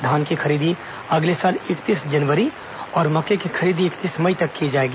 धान की खरीदी अगले साल इकतीस जनवरी और मक्के की खरीदी इकतीस मई तेक की जाएगी